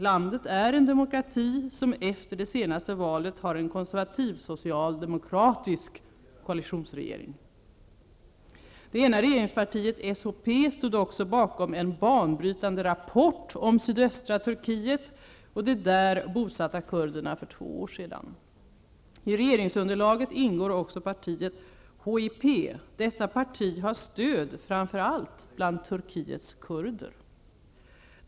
Landet är en demokrati som efter det senaste valet har en konservativ-socialdemokratisk koalitionsregering. Det ena regeringspartiet, SHP, stod också bakom en banbrytande rapport om sydöstra Turkiet och de där bosatta kurderna för två år sedan. I regeringsunderlaget ingår också partiet HIP. Detta parti har framför allt stöd bland Turkiets kurder.